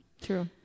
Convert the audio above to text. true